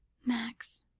max,